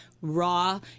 raw